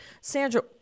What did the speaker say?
Sandra